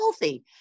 healthy